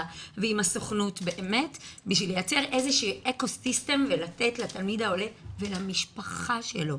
ועם הסוכנות בשביל לייצר איזשהו אקוסיסטם ולתת לתלמיד העולה ולמשפחה שלו